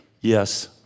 Yes